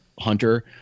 hunter